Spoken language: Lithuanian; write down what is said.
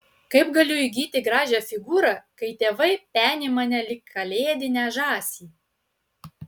kaip galiu įgyti gražią figūrą kai tėvai peni mane lyg kalėdinę žąsį